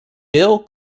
bill